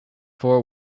four